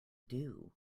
due